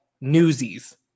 Newsies